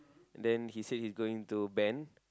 then he said he's going to ben